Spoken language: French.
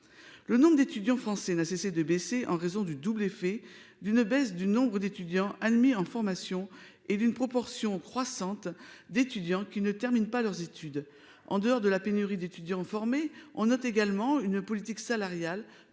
Le nombre d'étudiants français n'a cessé de diminuer en raison à la fois de la baisse du nombre de candidats admis en formation et d'une proportion croissante d'étudiants qui ne terminent pas leurs études. En plus de la pénurie d'étudiants formés, on note également une politique salariale